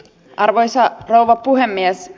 arvoisa rouva puhemies